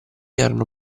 erano